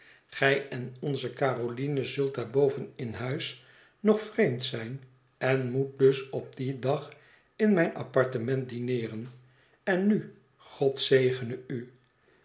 gij en onze caroline zult daar boven in huis nog vreemd zijn en moet dus op dien dag in mijn apartement dineeren en nu god zegene u